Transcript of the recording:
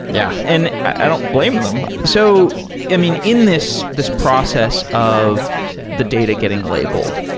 yeah and i don't blame them. so i mean, in this this process of the data getting labeled,